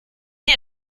dir